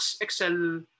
excel